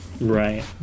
Right